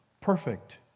Perfect